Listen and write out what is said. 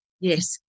Yes